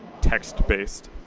text-based